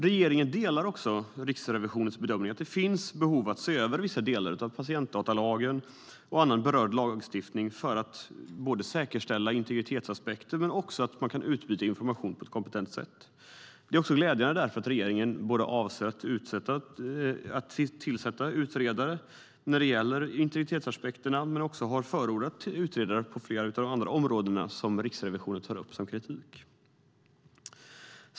Regeringen delar också Riksrevisionens bedömning att det finns behov av att se över vissa delar av patientdatalagen och annan berörd lagstiftning för att säkerställa integritetsaspekter och utbyta information på ett kompetent sätt. Det är också glädjande att regeringen avser att tillsätta en utredare om integritetsaspekterna och har förordat utredare på flera andra områden som Riksrevisionen tar upp i sin kritik.